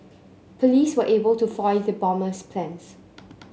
police were able to foil the bomber's plans